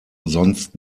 sonst